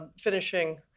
finishing